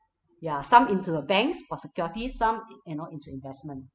ya some into the banks for security some you know into investment